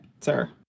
sir